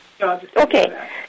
Okay